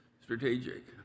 strategic